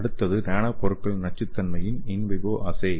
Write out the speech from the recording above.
அடுத்தது நானோ பொருட்களின் நச்சுத்தன்மையின் இன் வைவோ அஸ்ஸே